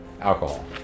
alcohol